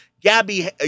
Gabby